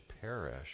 perish